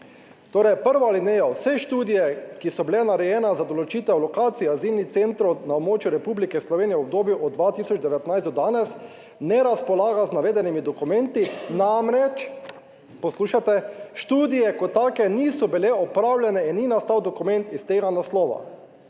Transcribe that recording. Torej prva alineja. Vse študije, ki so bile narejene za določitev lokacij azilnih centrov na območju Republike Slovenije v obdobju od 2019 do danes, ne razpolaga z navedenimi dokumenti, namreč," - poslušajte -, "študije kot take niso bile opravljene in ni nastal dokument iz tega naslova".